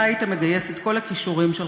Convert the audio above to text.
אתה היית מגייס את כל הכישורים שלך,